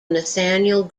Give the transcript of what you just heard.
nathanael